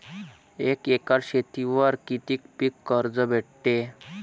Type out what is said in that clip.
एक एकर शेतीवर किती पीक कर्ज भेटते?